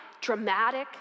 dramatic